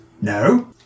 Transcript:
no